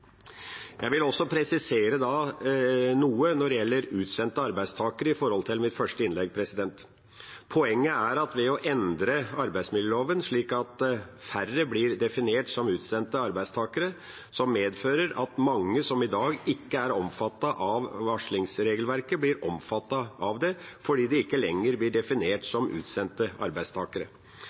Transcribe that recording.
gjelder utsendte arbeidstakere. Poenget er at ved å endre arbeidsmiljøloven slik at færre blir definert som utsendte arbeidstakere, vil det medføre at mange som i dag ikke er omfattet av varslingsregelverket, blir omfattet av det, fordi de ikke lenger blir definert som utsendte arbeidstakere.